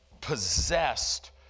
Possessed